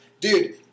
Dude